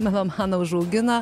melomaną užaugina